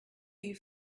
you